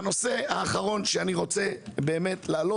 הנושא האחרון שאני רוצה להעלות,